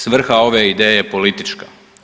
Svrha ove ideje je politička.